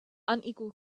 unequal